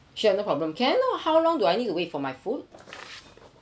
sure no problem can I know how long do I need to wait for my food